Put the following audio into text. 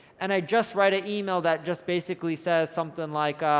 and i just write an email that just basically says something like,